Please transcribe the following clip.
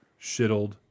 shittled